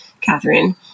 Catherine